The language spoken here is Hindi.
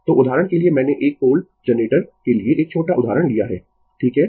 तो उदाहरण के लिए मैंने एक 4 पोल जनरेटर के लिए एक छोटा उदाहरण लिया है ठीक है